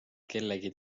kellegi